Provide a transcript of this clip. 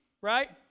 right